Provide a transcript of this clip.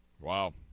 Wow